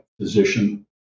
physician